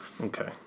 Okay